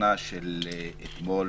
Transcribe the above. מההפגנה של אתמול,